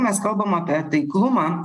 mes kalbam apie taiklumą